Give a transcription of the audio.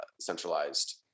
centralized